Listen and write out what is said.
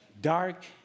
dark